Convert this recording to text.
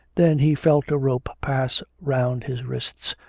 then he felt a rope pass round his wrists,